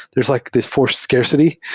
there's like this for scarcity,